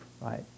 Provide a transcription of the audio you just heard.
Right